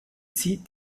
zieht